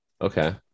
Okay